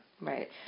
Right